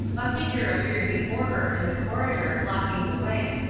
a figure appeared before her in the corridor, blocking the way.